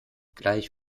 gleich